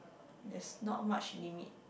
there's not much limit